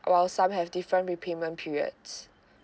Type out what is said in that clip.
while some have different repayment periods